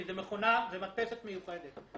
כי זו מדפסת מיוחדת.